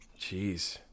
Jeez